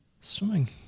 swimming